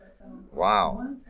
Wow